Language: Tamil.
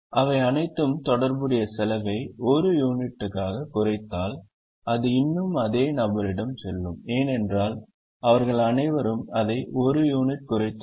அவை அனைத்தும் தொடர்புடைய செலவை 1 யூனிட்டாகக் குறைத்தால் அது இன்னும் அதே நபரிடம் செல்லும் ஏனென்றால் அவர்கள் அனைவரும் அதை 1 யூனிட் குறைத்துள்ளனர்